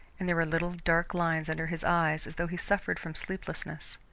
and there were little dark lines under his eyes as though he suffered from sleeplessness.